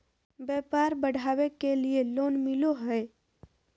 व्यापार बढ़ावे के लिए लोन मिलो है?